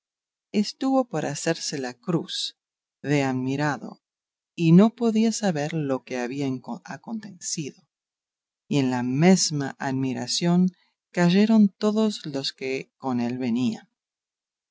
estuvo por hacerse la cruz de admirado y no podía saber lo que le había acontencido y en la mesma admiración cayeron todos los que con él venían